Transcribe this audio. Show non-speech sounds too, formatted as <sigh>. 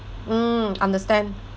mm <noise> understand